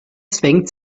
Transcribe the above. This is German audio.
zwängt